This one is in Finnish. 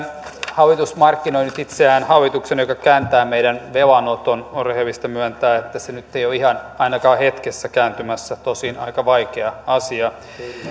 hallitus markkinoi nyt itseään hallituksena joka kääntää meidän velanoton on rehellistä myöntää että se nyt ei ole ihan ainakaan hetkessä kääntymässä tosin on aika vaikea asia